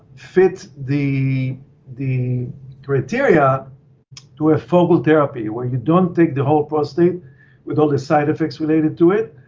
fit the the criteria to a focal therapy where you don't take the whole prostate with all the side effects related to it.